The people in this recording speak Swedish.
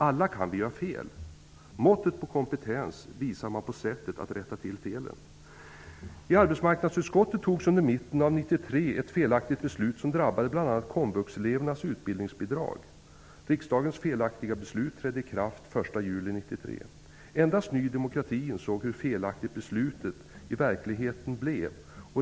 Alla kan vi göra fel. Måttet på kompetens visar man genom sättet att rätta till felen. ett felaktigt beslut som drabbade bl.a. Endast Ny demokrati insåg hur felaktigt beslutet i verkligheten blev.